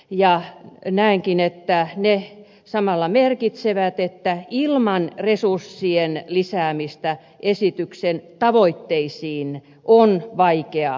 ja näenkin että ne samalla merkitsevät että ilman resurssien lisäämistä esityksen tavoitteisiin on vaikea päästä